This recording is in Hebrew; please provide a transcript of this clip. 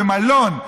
במלון.